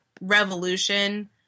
Revolution